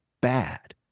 bad